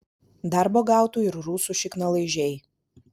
darbo gautų ir rusų šiknalaižiai